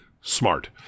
Smart